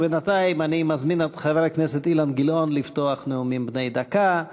ובינתיים אני מזמין את חבר הכנסת אילן גילאון לפתוח נאומים בני דקה.